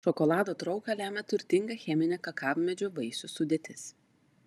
šokolado trauką lemia turtinga cheminė kakavmedžio vaisių sudėtis